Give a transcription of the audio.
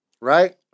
right